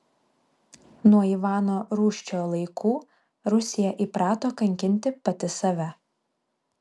nuo ivano rūsčiojo laikų rusija įprato kankinti pati save